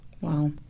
wow